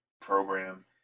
program